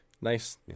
Nice